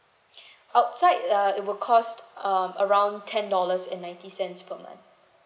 outside uh it will cost um around ten dollars and ninety cents per month